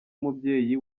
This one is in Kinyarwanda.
mubyeyi